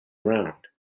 around